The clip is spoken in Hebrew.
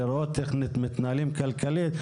ולראות איך מתנהלים כלכלית.